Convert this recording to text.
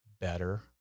better